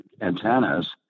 antennas